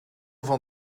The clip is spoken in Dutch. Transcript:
van